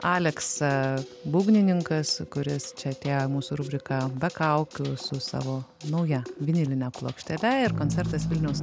aleksa būgnininkas kuris čia atėjo į mūsų rubriką be kaukių su savo nauja viniline plokštele ir koncertas vilniaus